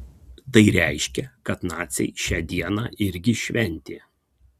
tai reiškia kad naciai šią dieną irgi šventė